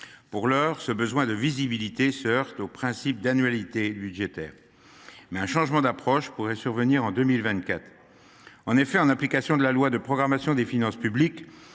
pour l’heure, ce besoin de visibilité se heurte au principe d’annualité budgétaire, un changement d’approche pourrait survenir en 2024. En application de la loi de programmation des finances publiques